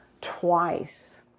twice